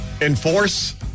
enforce